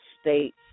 State